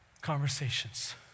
conversations